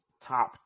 top